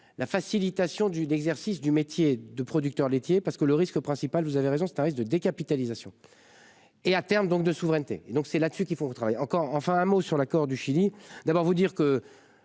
la facilitation du d'exercice du métier de producteur laitier parce que le risque principal. Vous avez raison c'est tarif de décapitalisation. Et à terme donc de souveraineté et donc c'est là-dessus qu'il faut travailler encore. Enfin un mot sur l'accord du Chili, d'abord vous dire que.